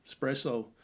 espresso